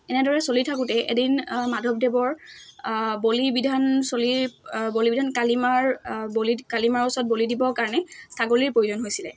এনেদৰে চলি থাকোঁতেই এদিন মাধৱদেৱৰ বলি বিধান চলি বলি বিধান কালী মাৰ বলিত কালী মাৰ ওচৰত বলি দিবৰ কাৰণে ছাগলীৰ প্ৰয়োজন হৈছিলে